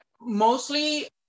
mostly